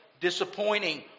disappointing